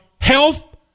health